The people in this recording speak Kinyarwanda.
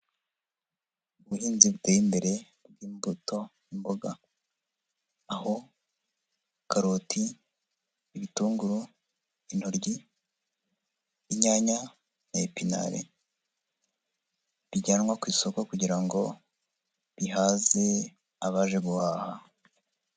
Ubuhinzi buteye imbere bw'imbuto, imboga, aho karoti, ibitunguru, intoryi, inyanya na epinari, bijyanwa ku isoko kugirango bihaze abaje guhaha.